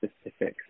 specifics